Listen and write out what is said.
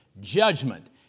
judgment